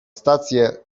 stację